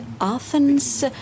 Athens